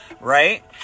right